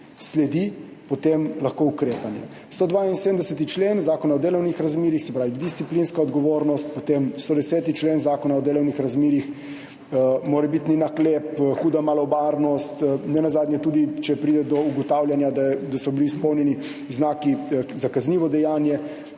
sledi potem lahko ukrepanje. 172. člen Zakona o delovnih razmerjih, se pravi, disciplinska odgovornost, potem 110. člen Zakona o delovnih razmerjih, morebitni naklep, huda malomarnost, nenazadnje tudi, če pride do ugotovitve, da so bili izpolnjeni znaki za kaznivo dejanje,